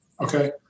Okay